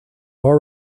are